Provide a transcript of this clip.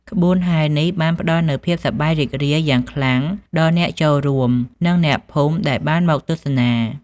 ក្បួនហែរនេះបានផ្តល់នូវភាពសប្បាយរីករាយយ៉ាងខ្លាំងដល់អ្នកចូលរួមនិងអ្នកភូមិដែលបានមកទស្សនា។